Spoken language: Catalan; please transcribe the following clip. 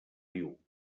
riu